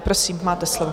Prosím, máte slovo.